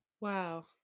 Wow